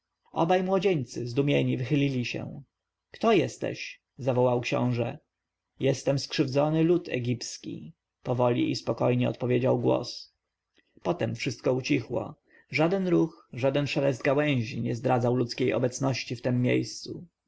obaj młodzieńcy zdumieni wychylili się kto jesteś zawołał książę jestem skrzywdzony lud egipski powoli i spokojnie odpowiedział głos potem wszystko ucichło żaden ruch żaden szelest gałęzi nie zdradzał ludzkiej obecności w tem miejscu